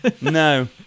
No